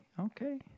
Okay